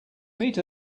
meet